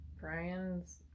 Brian's